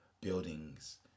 buildings